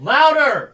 Louder